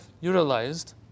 utilized